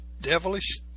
devilish